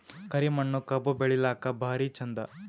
ಕರಿ ಮಣ್ಣು ಕಬ್ಬು ಬೆಳಿಲ್ಲಾಕ ಭಾರಿ ಚಂದ?